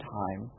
time